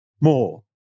more